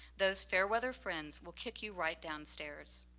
those fair-weather friends will kick you right downstairs.